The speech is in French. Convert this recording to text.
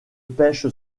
pêche